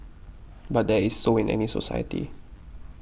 but that is so in any society